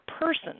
person